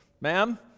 ma'am